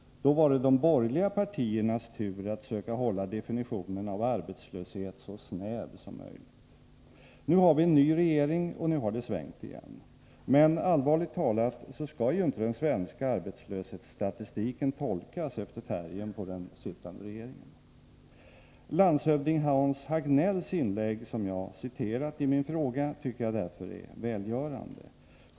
Då var det de borgerliga partiernas tur att söka hålla definitionen av arbetslöshet så snäv som möjligt. Nu har vi ny regering, och nu har det svängt igen. Men allvarligt talat skall ju inte den svenska arbetslöshetsstatistiken tolkas efter färgen på den sittande regeringen. Landshövding Hans Hagnells inlägg, som jag har citerat i min fråga, tycker jag därför är välgörande.